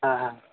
हां हां